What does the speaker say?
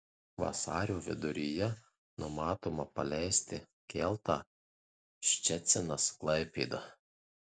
vasario viduryje numatoma paleisti keltą ščecinas klaipėda